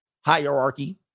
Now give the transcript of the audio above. Hierarchy